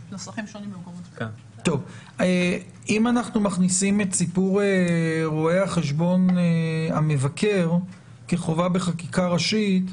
אם אנחנו מכניסים את סיפור רואה החשבון המבקר כחובה בחקיקה ראשית,